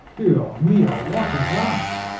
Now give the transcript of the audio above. dios mio, what is that?